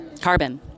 Carbon